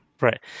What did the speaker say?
Right